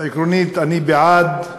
עקרונית, אני בעד,